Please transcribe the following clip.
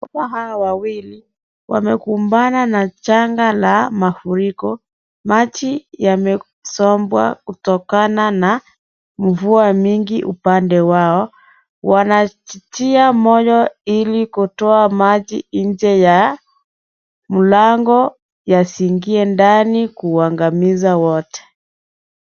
Hawa wawili wamekumbana na janga la mafuriko, maji yamesomba kutokana na mvua nyingi upande wao, wanajitia moyo ilikutoa maji nje ya mlango yasiingie ndani kuangamiza wote.